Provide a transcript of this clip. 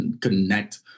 connect